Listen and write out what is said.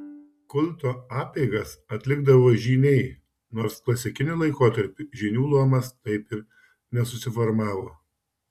kulto apeigas atlikdavo žyniai nors klasikiniu laikotarpiu žynių luomas taip ir nesusiformavo